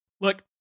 Look